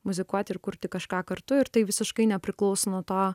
muzikuoti ir kurti kažką kartu ir tai visiškai nepriklauso nuo to